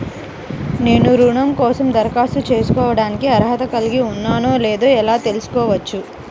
నేను రుణం కోసం దరఖాస్తు చేసుకోవడానికి అర్హత కలిగి ఉన్నానో లేదో ఎలా తెలుసుకోవచ్చు?